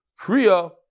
kriya